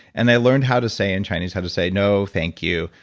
and i learned how to say in chinese, how to say no, thank you.